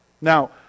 Now